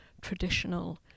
traditional